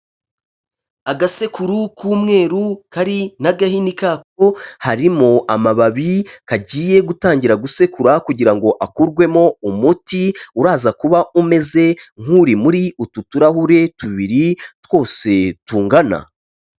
Agasekuru k'umweru kari n'agahini kako, harimo amababi kagiye gutangira gusekura kugira ngo akurwemo umuti uraza kuba umeze nk'uri muri utu turahure tubiri twose tungana.